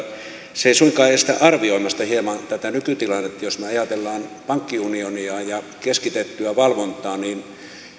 se ei suinkaan estä arvioimasta hieman tätä nykytilannetta jos me ajattelemme pankkiunionia ja keskitettyä valvontaa niin